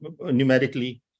numerically